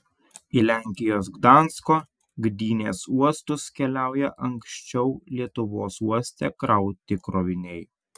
į lenkijos gdansko gdynės uostus keliauja anksčiau lietuvos uoste krauti kroviniai